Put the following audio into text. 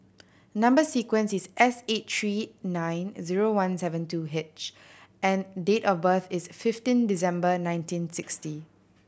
number sequence is S eight three nine zero one seven two H and date of birth is fifteen December nineteen sixty